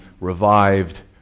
revived